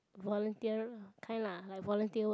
volunteer kind of volunteer work